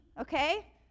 okay